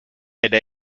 elle